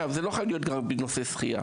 זה לא חייב להיות רק בנושא שחייה,